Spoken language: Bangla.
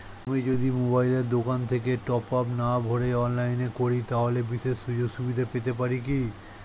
আমি যদি মোবাইলের দোকান থেকে টপআপ না ভরে অনলাইনে করি তাহলে বিশেষ সুযোগসুবিধা পেতে পারি কি?